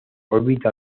órbita